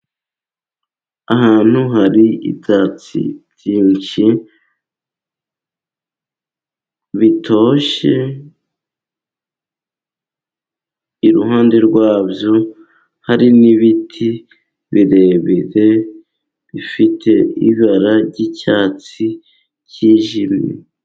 Ahantu hari ibyatsi byinshi bitoshye, iruhande rwabyo hari n'ibiti birebire , bifite ibara ry'icyatsi ryijimye.